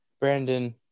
brandon